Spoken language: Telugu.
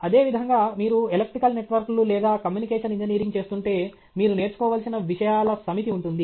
అదేవిధంగా మీరు ఎలక్ట్రికల్ నెట్వర్క్లు లేదా కమ్యూనికేషన్ ఇంజనీరింగ్ చేస్తుంటే మీరు నేర్చుకోవలసిన విషయాల సమితి ఉంటుంది